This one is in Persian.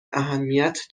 اهمیت